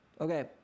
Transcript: Okay